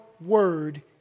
word